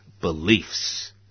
beliefs